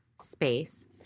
space